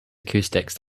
acoustics